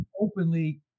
openly